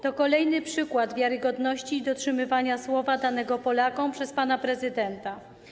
To kolejny przykład wiarygodności i dotrzymywania słowa danego Polakom przez pana prezydenta.